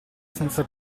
senza